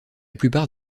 plupart